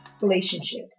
relationship